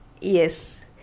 Yes